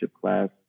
class